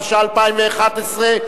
התשע"א 2011,